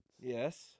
yes